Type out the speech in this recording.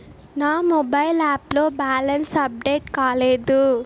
నా mobile app లో balance update కాలేదు